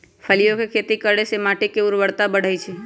फलियों के खेती करे से माटी के ऊर्वरता बढ़ई छई